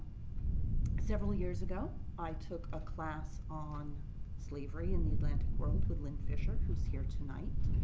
several years ago i took a class on slavery in the atlantic world with lynn fisher, who's here tonight,